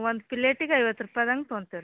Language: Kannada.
ಒಂದು ಪ್ಲೇಟಿಗೆ ಐವತ್ತು ರೂಪಾಯ್ದಂಗ ತಗೋಂತಿವಿ ರೀ